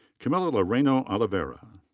camila llerena-olivera.